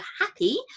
happy